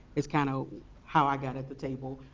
it's kind of how i got at the table.